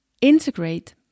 integrate